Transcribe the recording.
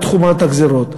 את חומרת הגזירות.